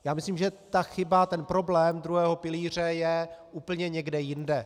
Já myslím, že chyba, problém druhého pilíře je úplně někde jinde.